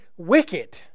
wicked